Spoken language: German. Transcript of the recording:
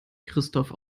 christoph